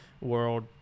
world